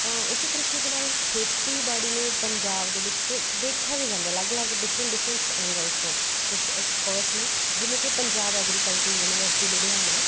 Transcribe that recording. ਤਾਂ ਉਸੇ ਤਰੀਕੇ ਦੇ ਨਾਲ਼ ਖੇਤੀਬਾੜੀ ਨੂੰ ਪੰਜਾਬ ਦੇ ਵਿੱਚ ਦੇਖਿਆ ਵੀ ਜਾਂਦਾ ਅਲੱਗ ਅਲੱਗ ਡਿਫਰੈਂਟ ਡਿਫਰੈਂਟਸ ਐਂਗਲਸ ਤੋਂ ਕੁਛ ਐਕਸਪਰਟਸ ਨੇ ਜਿਵੇਂ ਕਿ ਪੰਜਾਬ ਐਗਰੀਕਲਚਰ ਯੂਨੀਵਰਸਿਟੀ ਲੁਧਿਆਣਾ